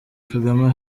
kagame